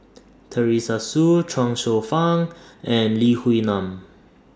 Teresa Hsu Chuang Hsueh Fang and Lee Wee Nam